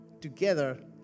together